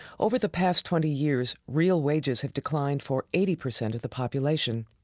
over the past twenty years, real wages have declined for eighty percent of the population.